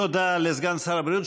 תודה לסגן שר הבריאות.